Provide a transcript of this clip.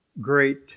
great